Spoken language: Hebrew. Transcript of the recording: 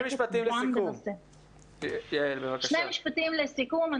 שני משפטים לסיכום.